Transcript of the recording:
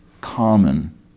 common